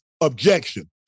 objection